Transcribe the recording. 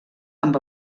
amb